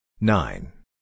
Nine